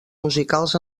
musicals